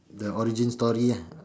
the origin story lah